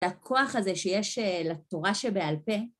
את הכוח הזה שיש לתורה שבעל פה...